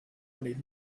already